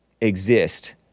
exist